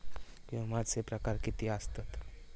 विमाचे प्रकार किती असतत?